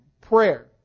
Prayer